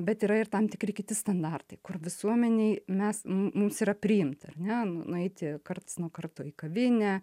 bet yra ir tam tikri kiti standartai kur visuomenei mes mums yra priimta ar ne nu nueiti karts nuo karto į kavinę